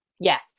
yes